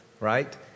right